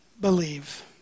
believe